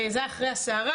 זה היה אחרי הסערה.